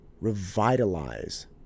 revitalize